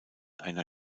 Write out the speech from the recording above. einer